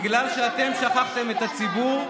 בגלל שאתם שכחתם את הציבור,